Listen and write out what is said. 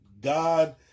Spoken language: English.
God